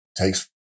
takes